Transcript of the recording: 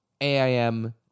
AIM